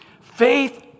Faith